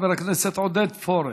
חבר הכנסת עודד פורר.